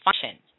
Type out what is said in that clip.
function